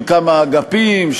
של כמה אגפים,